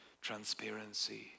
transparency